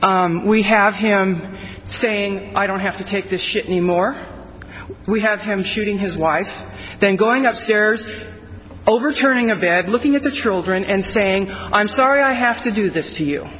we have here saying i don't have to take this shit anymore we have him shooting his wife then going up stairs overturning a bad looking at the trigger and saying i'm sorry i have to do this to you